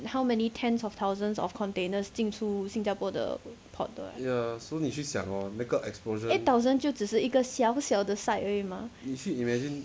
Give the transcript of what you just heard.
how many tens of thousands of containers 进出新加坡的 port 的 eight thousand 就是一个小小的 site